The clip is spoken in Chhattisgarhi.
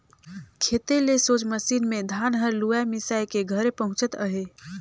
खेते ले सोझ मसीन मे धान हर लुवाए मिसाए के घरे पहुचत अहे